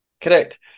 Correct